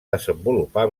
desenvolupar